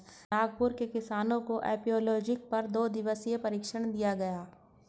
नागपुर के किसानों को एपियोलॉजी पर दो दिवसीय प्रशिक्षण दिया गया